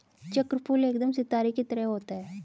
चक्रफूल एकदम सितारे की तरह होता है